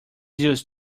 used